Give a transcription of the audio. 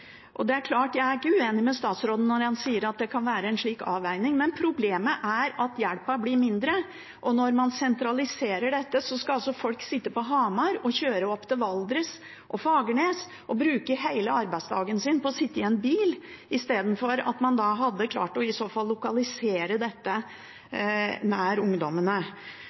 Jeg er ikke uenig med statsråden når han sier at det kan være en slik avveining, men problemet er at hjelpen blir mindre. Og når man sentraliserer dette, skal folk sitte på Hamar og kjøre opp til Valdres og Fagernes og bruke hele arbeidsdagen sin på å sitte i en bil, istedenfor at man kunne ha lokalisert dette nær ungdommene. Ta f.eks. det som skjer i